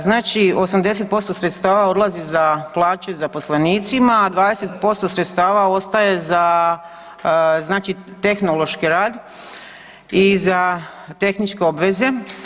Znači 80% sredstava odlazi za plaće zaposlenicima, a 20% sredstava ostaje za znači tehnološki rad i za tehničke obveze.